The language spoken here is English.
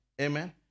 Amen